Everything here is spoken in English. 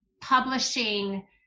publishing